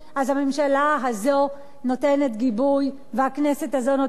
אז הממשלה הזאת נותנת גיבוי והכנסת הזאת נותנת